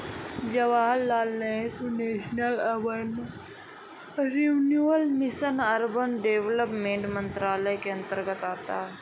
Jawaharlal Nehru national urban renewal mission urban development मंत्रालय के अंतर्गत आता है